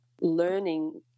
learning